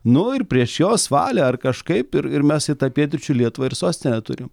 nu ir prieš jos valią ar kažkaip ir ir mes į tą pietryčių lietuvą ir sostinę turim